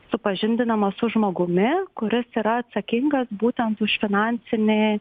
supažindinamas su žmogumi kuris yra atsakingas būtent už finansiniai